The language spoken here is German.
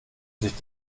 sich